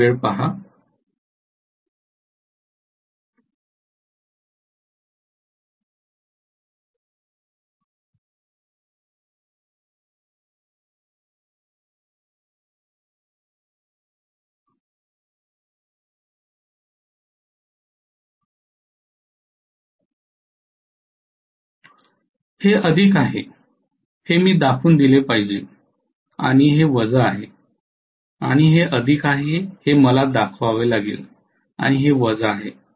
हे अधिक आहे हे मी दाखवून दिले पाहिजे आणि हे वजा आहे आणि हे अधिक आहे हे मला दाखवावे लागेल आणि हे वजा आहे